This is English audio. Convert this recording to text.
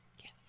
yes